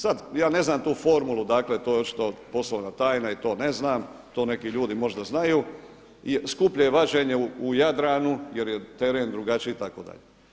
Sada ja ne znam tu formulu, dakle to je očito poslovna tajna i to ne znam, to neki ljudi možda znaju, skuplje je vađenje u Jadranu jer je teren drugačiji itd.